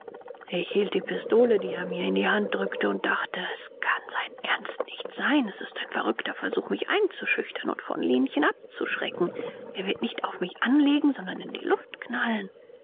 ich hielt die pistole die er mir in die hand drückte und dachte es kann sein ernst nicht sein es ist ein verrückter versuch mich einzuschüchtern und von lenchen abzuschrecken er wird nicht auf mich anlegen sondern in die luft knallen